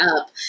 up